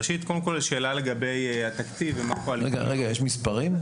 ראשית השאלה לגבי התקציב ומה --- יש מספרים?